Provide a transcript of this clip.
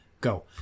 go